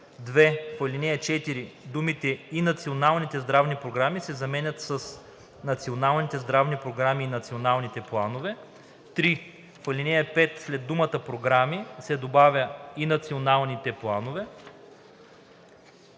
2. В ал. 4 думите „и националните здравни програми“ се заменят с „националните здравни програми и националните планове“. 3. В ал. 5 след думата „програми“ се добавя „и националните планове“.“